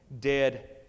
dead